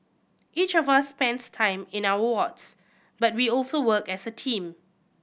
each of us spends time in our wards but we also work as a team